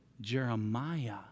Jeremiah